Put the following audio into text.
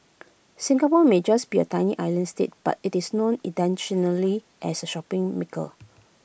Singapore may just be A tiny island state but IT is known internationally as A shopping mecca